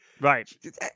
Right